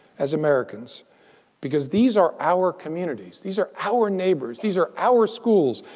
as americans because these are our communities, these are our neighbors, these are our schools,